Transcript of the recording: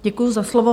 Děkuji za slovo.